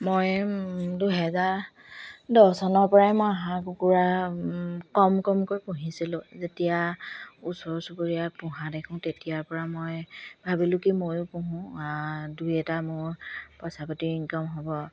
মই দুহেজাৰ দহ চনৰ পৰাই মই হাঁহ কুকুৰা কম কমকৈ পুহিছিলোঁ যেতিয়া ওচৰ চুবুৰীয়া পোহা দেখোঁ তেতিয়াৰ পৰা মই ভাবিলোঁ কি ময়ো পুহোঁ দুই এটা মোৰ পইচা পাতি ইনকম হ'ব